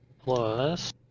plus